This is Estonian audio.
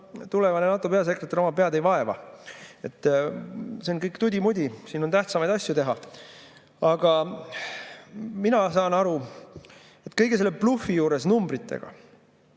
tulevane NATO peasekretär oma pead ei vaeva. See on kõik tudi-mudi, [tal] on tähtsamaid asju teha. Mina saan aru, et kogu selle numbritega